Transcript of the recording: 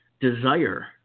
desire